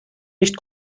nicht